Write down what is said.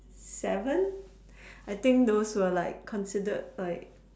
seven I think those were like considered like